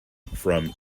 from